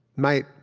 might,